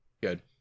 good